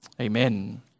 Amen